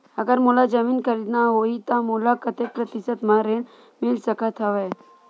अगर मोला जमीन खरीदना होही त मोला कतेक प्रतिशत म ऋण मिल सकत हवय?